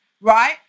Right